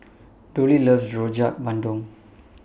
Dollie loves Rojak Bandung